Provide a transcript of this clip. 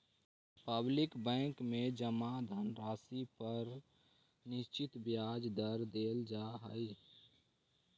public bank में जमा धनराशि पर एक निश्चित ब्याज दर देल जा हइ